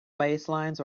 baselines